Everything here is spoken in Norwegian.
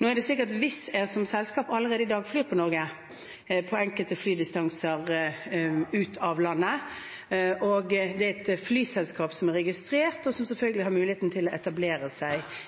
Nå er det slik at Wizz Air som selskap allerede i dag flyr i Norge, på enkelte flydistanser ut av landet, og det er et flyselskap som er registrert, og som selvfølgelig har muligheten til å etablere seg